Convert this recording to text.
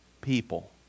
people